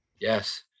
Yes